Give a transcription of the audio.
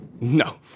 No